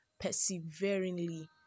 perseveringly